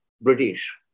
British